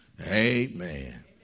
Amen